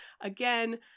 again